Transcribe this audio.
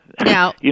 Now